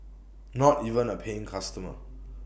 not even A paying customer